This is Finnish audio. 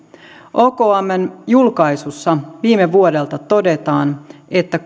okmn julkaisussa viime vuodelta todetaan että